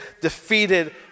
defeated